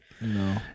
No